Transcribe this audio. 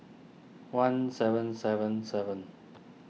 one seven seven seven